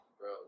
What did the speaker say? bro